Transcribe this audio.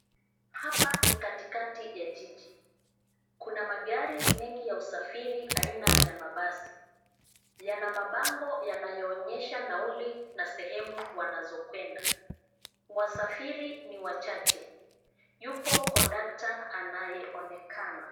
Hapa ni katikati ya jiji. Kuna magari mengi ya usafiri aina ya mabasi yana mabango yanayoonyesha nauli na sehemu wanazokwenda. Wasafiri ni wachache. Yupo kondakta anayeonekana.